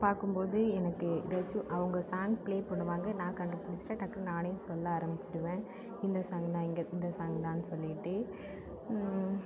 பார்க்கும்போது எனக்கு எதாச்சும் அவங்க சாங் ப்ளே பண்ணுவாங்க நான் கண்டுபிடிச்சிட்டு டக்குனு நானே சொல்ல ஆரம்பிச்சுடுவன் இந்த சாங் தான் இங்கே இந்த சாங் தான் சொல்லிகிட்டு